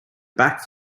back